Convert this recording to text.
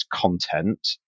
content